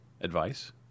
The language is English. advice